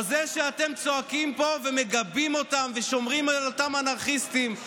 או זה שאתם צועקים פה ומגבים אותם ושומרים על אותם אנרכיסטים.